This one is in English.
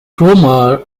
cromer